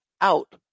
out